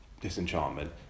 disenchantment